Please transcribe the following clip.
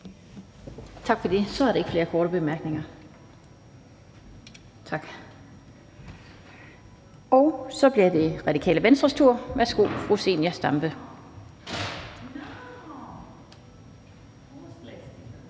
Tak for det. Så er der ikke flere korte bemærkninger. Så bliver det Radikale Venstres tur. Værsgo, fru Zenia Stampe.